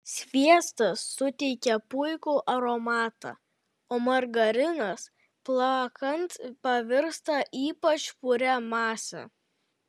sviestas suteikia puikų aromatą o margarinas plakant pavirsta ypač puria mase